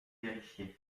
vérifier